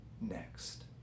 next